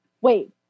wait